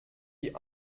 die